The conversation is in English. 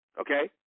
Okay